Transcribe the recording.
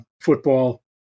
football